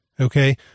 Okay